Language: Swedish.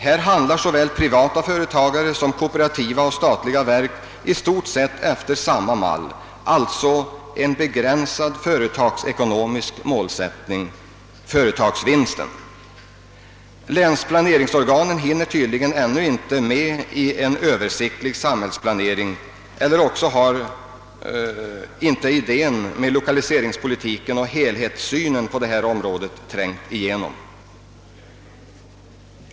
Här handlar såväl privata företagare som kooperativa och statliga verk i stort sett efter samma mall, alltså en begränsad företagsekonomisk målsättning: = företagsvinsten. - Länsplaneringsorganen hinner tydligen ännu inte med i en översiktlig <samhällsplanering, eller också har idén med lokaliseringspolitiken och helhetssynen inte trängt igenom.